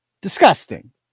Disgusting